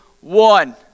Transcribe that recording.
one